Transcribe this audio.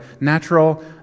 natural